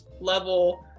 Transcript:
level